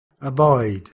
abide